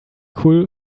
cool